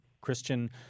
Christian